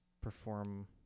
perform